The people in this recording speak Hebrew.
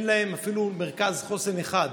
אין להם אפילו מרכז חוסן אחד,